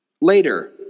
later